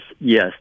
yes